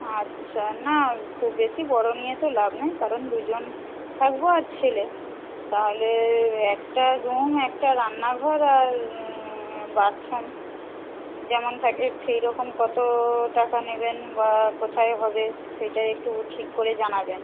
আচ্ছা না খুব বেশি বড়ো নিয়ে তো লাভ নেই কারণ দুজন থাকবো আর ছেলে তাহলে একটা রুম একটা রান্না ঘর আর বাথরুম যেমন থাকে সেই রকম কতো টাকা নেবেন বা কোথায় হবে সেটা একটু ঠিক করে জানাবেন